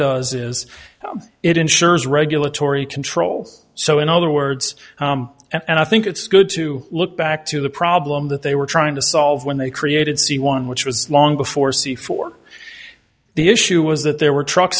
does is it ensures regulatory controls so in other words and i think it's good to look back to the problem that they were trying to solve when they created c one which was long before c four the issue was that there were truck